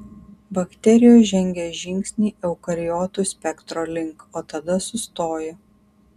bakterijos žengė žingsnį eukariotų spektro link o tada sustojo